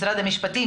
משרד המשפטים?